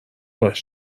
باش